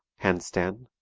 hand-stand,